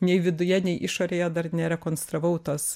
nei viduje nei išorėje dar nerekonstravau tos